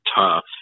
tough